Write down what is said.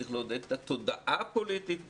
שצריך לעודד את התודעה הפוליטית בדיוק.